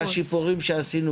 אני בעד הבניין והשיפורים שעשינו,